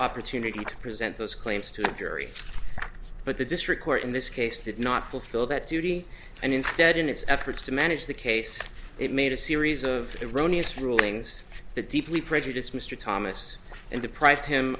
opportunity to present those claims to the jury but the district court in this case did not fulfill that duty and instead in its efforts to manage the case it made a series of iranians rulings that deeply prejudiced mr thomas and deprived him